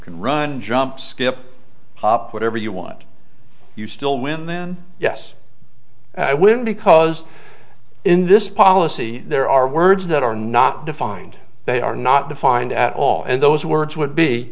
can run jump skip hop whatever you want you still win then yes i win because in this policy there are words that are not defined they are not defined at all and those words would be